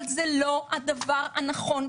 אבל זה לא הדבר הנכון,